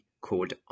called